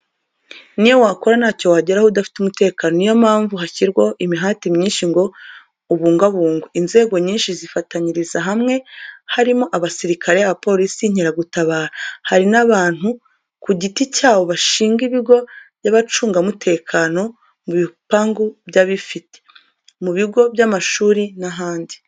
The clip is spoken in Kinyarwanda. N'iyo wakora ntacyo wageraho udafite umutekano, ni yo mpamvu hashyirwaho imihati myinshi ngo ubungabungwe. Inzego nyinshi zifatanyiriza hamwe, harimo abasirikari, abapolisi, inkeragutabara, hari n'abantu ku giti cyabo bashinga ibigo by'abacunga umutekano mu bipangu by'abifite, mu bigo by'amashuri n'ahandi.